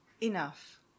Enough